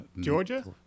Georgia